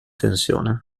tensione